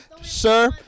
Sir